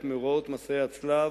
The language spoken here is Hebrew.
את מאורעות מסעי הצלב,